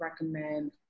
recommend